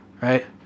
right